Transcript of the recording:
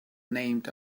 named